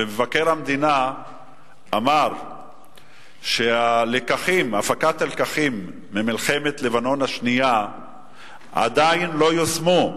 ומבקר המדינה אמר שהלקחים ממלחמת לבנון השנייה עדיין לא יושמו,